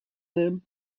name